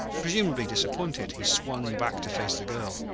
presumably disappointed, he swung back to face the girl,